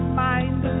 mind